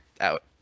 out